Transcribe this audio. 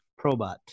Probot